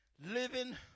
Living